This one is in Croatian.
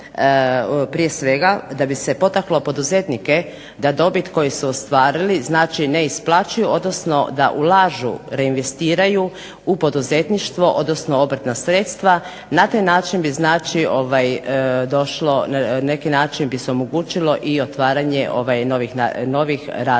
prije svega da bi se potaklo poduzetnike da dobit koju su ostvarili znači ne isplaćuju, odnosno da ulažu, reinvestiraju u poduzetništvo, odnosno obrtna sredstva, na taj način bi znači došlo, na neki način